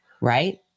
right